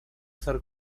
ser